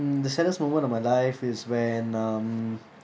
mm the saddest moment of my life is when um